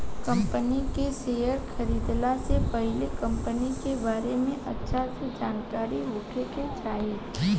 company के share खरीदला से पहिले कंपनी के बारे में अच्छा से जानकारी होखे के चाही